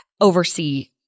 oversee